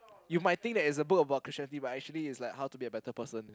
you might think that it's a book about Christianity but actually it's like how to be a better person